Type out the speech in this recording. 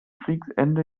kriegsende